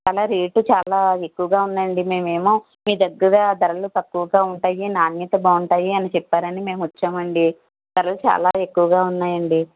చాలా రేటు చాలా ఎక్కువుగా ఉన్నాయండి మేము ఏమో మీ దగ్గర ధరలు తక్కువుగా ఉంటాయి నాణ్యత బాగుంటాయి అని చెప్పారని మేము వచ్చామండి ధరలు చాలా ఎక్కువుగా ఉన్నాయండి